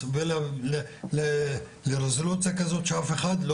צריך להתכנס לרזולוציה כזאת שאף אחד לא